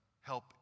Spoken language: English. help